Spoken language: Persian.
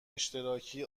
اشتراکی